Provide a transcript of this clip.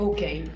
Okay